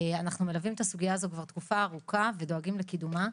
אנחנו מלווים את הסוגייה הזאת כבר תקופה ארוכה ודואגים לקידומה.